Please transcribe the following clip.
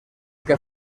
que